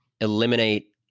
eliminate